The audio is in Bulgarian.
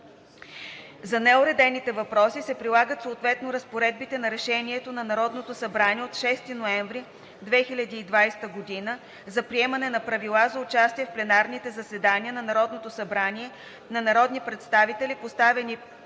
За неуредените въпроси се прилагат съответно разпоредбите на Решението на Народното събрание от 6 ноември 2020 г. за приемане на Правила за участие в пленарните заседания на Народното събрание на народни представители, поставени под